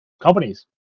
companies